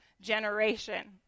generation